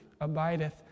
abideth